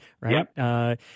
right